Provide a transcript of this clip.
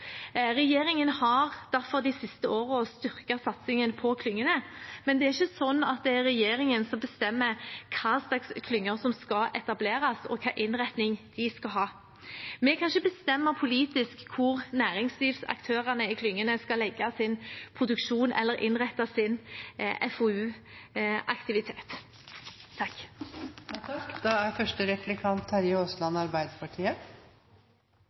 Regjeringen har derfor de siste årene styrket satsingen på klyngene, men det er ikke sånn at det er regjeringen som bestemmer hva slags klynger som skal etableres, og hvilken innretning de skal ha. Vi kan ikke bestemme politisk hvor næringslivsaktørene i klyngene skal legge sin produksjon, eller hvordan de skal innrette sin FoU-aktivitet. Det blir replikkordskifte. Jeg er